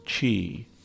chi